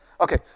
Okay